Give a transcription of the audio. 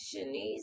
Shanice